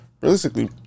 realistically